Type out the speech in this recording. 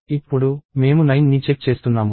ఇప్పుడు మేము 9 ని చెక్ చేస్తున్నాము